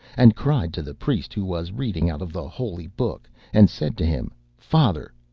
and cried to the priest who was reading out of the holy book and said to him, father,